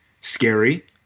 scary